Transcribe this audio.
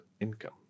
income